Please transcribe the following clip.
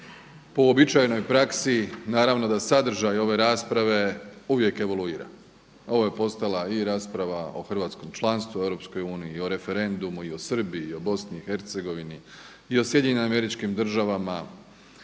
Po uobičajenoj praksi naravno da sadržaj ove rasprave uvijek evaluira. Ovo je postala i rasprava o hrvatskom članstvu Europskoj uniji, i o referendumu, i o Srbiji, i o Bosni i Hercegovini, i o Sjedinjenim Američkim Državama,